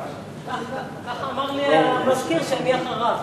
כך אמר לי המזכיר, שאני אחריו.